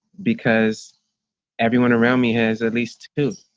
because everyone around me has at least two